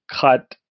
cut